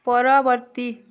ପରବର୍ତ୍ତୀ